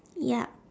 ya